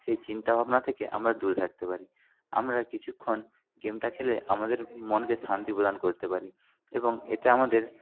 সেই চিন্তাভাবনা থেকে আমরা দূরে থাকতে পারি আমরা কিছুক্ষণ গেমটা খেলে আমাদের মনকে শান্তি প্রদান করতে পারি এবং এতে আমাদের